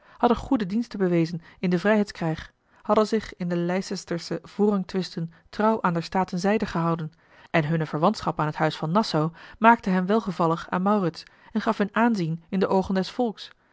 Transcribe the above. hadden goede diensten bewezen in den vrijheidskrijg hadden zich in de leycestersche voorrangtwisten trouw aan der staten zijde gehouden en hunne verwantschap aan het huis van nassau maakte hen welgevallig aan maurits en gaf hun aanzien in de oogen des volks